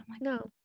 no